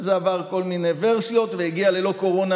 זה עבר כל מיני ורסיות והגיע אל: לא קורונה,